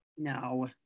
no